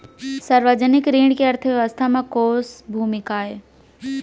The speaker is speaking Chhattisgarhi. सार्वजनिक ऋण के अर्थव्यवस्था में कोस भूमिका आय?